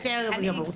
בסדר גמור.